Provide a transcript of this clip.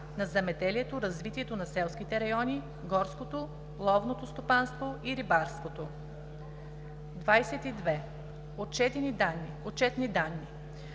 на земеделието, развитието на селските райони, горското и ловното стопанство и рибарството. 22. „Отчетни данни”